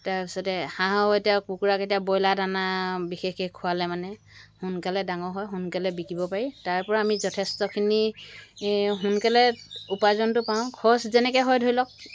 তাপিছতে হাঁহো এতিয়া কুকুৰাকেইটা বইলা দানা বিশেষকে খোৱালে মানে সোনকালে ডাঙৰ হয় সোনকালে বিকিব পাৰি তাৰপৰা আমি যথেষ্টখিনি সোনকালে উপাৰ্জনটো পাওঁ লছ যেনেকৈ হয় ধৰিলওক